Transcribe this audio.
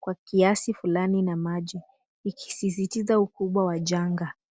kwa kiasi fulani na maji ikisisitiza ukubwa wa janga.